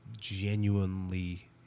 genuinely